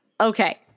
okay